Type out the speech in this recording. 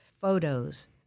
photos